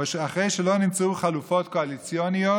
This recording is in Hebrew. אבל אחרי שלא נמצאו חלופות קואליציונית